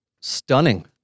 stunning